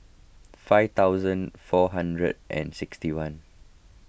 five thousand four hundred and sixty one